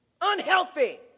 Unhealthy